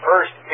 First